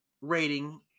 rating